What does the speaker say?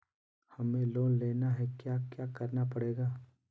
हमें लोन लेना है क्या क्या करना पड़ेगा?